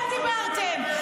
אתם דיברתם,